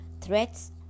threats